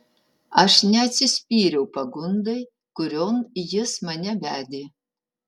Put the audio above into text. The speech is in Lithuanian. aš neatsispyriau pagundai kurion jis mane vedė